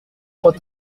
trop